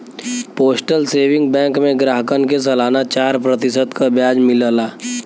postal saving bank में ग्राहकन के सलाना चार प्रतिशत क ब्याज मिलला